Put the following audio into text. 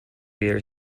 years